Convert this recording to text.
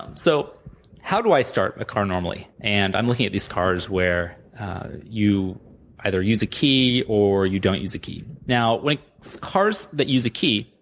um so how do i start a car, normally, and i'm looking at these cars where you either use a key, or you don't use a key. now, when cars that use a key,